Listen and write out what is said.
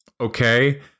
okay